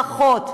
משפחות,